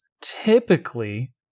typically